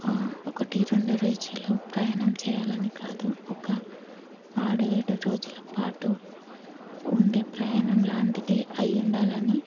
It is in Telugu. ఒకటి రెండు రోజులు ప్రయాణం చేయాలని కాదు ఒక ఆరు ఏడు రోజులపాటు ఉండే ప్రయాణం లాంటిది అయి ఉండాలని